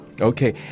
Okay